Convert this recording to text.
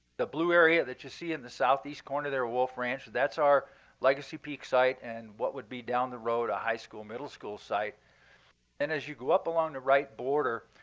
the blue area that you see in the southeast corner there, wolf ranch, that's our legacy peak site, and what would be down the road, a high school middle school site. and as you go up along the right border,